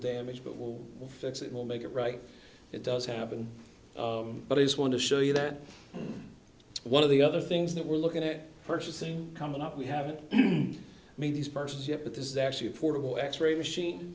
damage but will fix it will make it right it does happen but i just want to show you that one of the other things that we're looking at purchasing coming up we haven't made these persons yet but this is actually a portable x ray machine